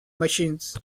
machines